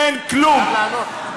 אין כלום.